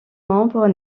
membres